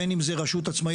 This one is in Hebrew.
בין אם זו רשות עצמאית,